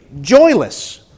joyless